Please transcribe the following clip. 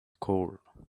coal